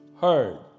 Heard